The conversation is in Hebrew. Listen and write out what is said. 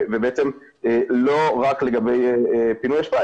ובעצם לא רק לגבי פינוי אשפה,